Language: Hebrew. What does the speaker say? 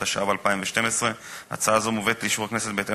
התשע"ב 2012. הצעה זו מובאת לאישור הכנסת בהתאם